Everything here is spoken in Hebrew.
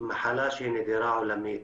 מחלה שהיא נדירה עולמית.